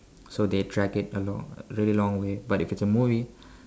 so they drag it a long a really long way but if it's a movie